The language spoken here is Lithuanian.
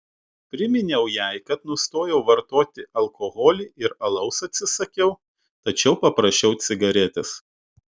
priminiau jai kad nustojau vartoti alkoholį ir alaus atsisakiau tačiau paprašiau cigaretės